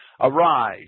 arise